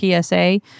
PSA